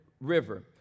River